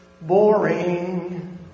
Boring